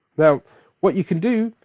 now what you can do,